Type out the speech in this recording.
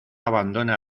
abandona